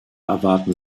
erwarten